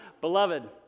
Beloved